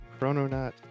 chrononaut